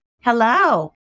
Hello